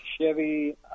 Chevy